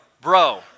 bro